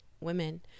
women